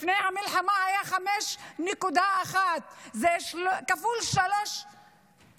לפני המלחמה זה היה 5.1%, זה פי שלושה.